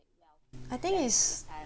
I think is